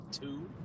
two